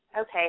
Okay